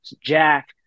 Jack